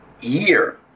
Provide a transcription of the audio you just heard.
year